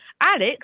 Alex